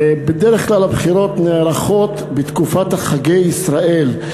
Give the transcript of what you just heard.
בדרך כלל הבחירות נערכות בתקופת חגי ישראל,